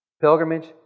Pilgrimage